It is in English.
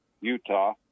Utah